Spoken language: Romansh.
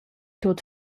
tut